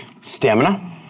Stamina